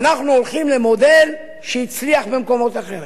אנחנו הולכים למודל שהצליח במקומות אחרים.